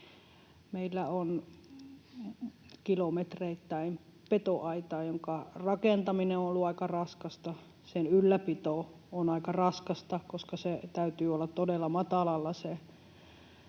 Meillä on kilometreittäin petoaitaa, jonka rakentaminen on ollut aika raskasta. Sen ylläpito on aika raskasta, koska sen alimman aitalangan täytyy olla todella matalalla,